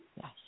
Yes